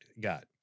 got